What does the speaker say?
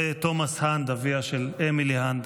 ותומס הנד, אביה של אמילי הנד